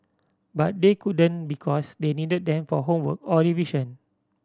but they couldn't because they needed them for homework or revision